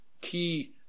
key